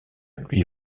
lui